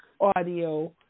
audio